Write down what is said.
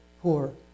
poor